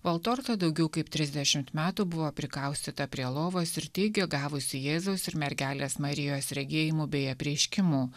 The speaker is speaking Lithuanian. valtorta daugiau kaip trisdešimt metų buvo prikaustyta prie lovos ir teigia gavusi jėzaus ir mergelės marijos regėjimų bei apreiškimų